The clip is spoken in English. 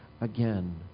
again